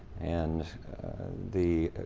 and the